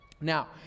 Now